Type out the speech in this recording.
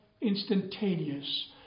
instantaneous